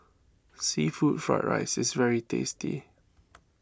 Seafood Fried Rice is very tasty